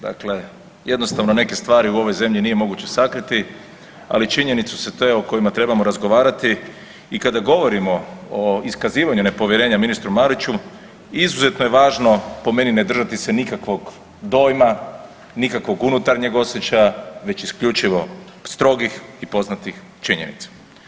Dakle, jednostavno neke stvari u ovoj zemlji nije moguće sakriti ali činjenicu su te o kojima treba razgovarati i kada govorimo o iskazivanju nepovjerenja ministru Mariću izuzetno je važno po meni ne držati se nikakvog dojma nikakvog unutarnjeg osjećaja već isključivo strogih i poznatih činjenica.